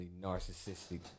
narcissistic